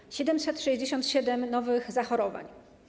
Mamy 767 nowych zachorowań.